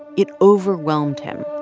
it overwhelmed him,